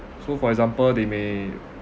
so for example they may